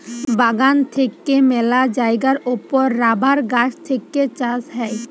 বাগান থেক্যে মেলা জায়গার ওপর রাবার গাছ থেক্যে চাষ হ্যয়